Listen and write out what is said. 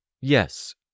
Yes